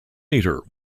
metre